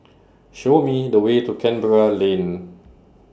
Show Me The Way to Canberra Lane